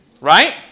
right